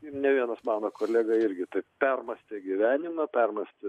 ne vienas mano kolega irgi taip permąstė gyvenimą permąstė